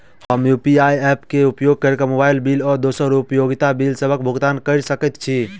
हम UPI app क उपयोग करके मोबाइल बिल आ दोसर उपयोगिता बिलसबक भुगतान कर सकइत छि